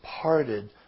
parted